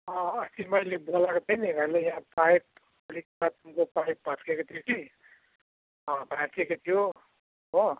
अँ अस्ति मैले बोलाएको थिएँ नि भाइलाई यहाँ पाइप अलिक बाथरुमको पाइप भत्किएको थियो कि अँ भाँचिएको थियो हो